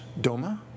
DOMA